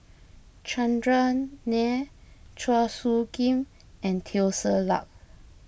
Chandran Nair Chua Soo Khim and Teo Ser Luck